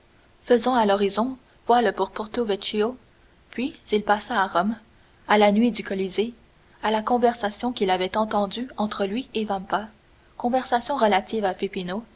faisant à l'horizon voile pour porto vecchio puis il passa à rome à la nuit du colisée à la conversation qu'il avait entendue entre lui et vampa conversation relative à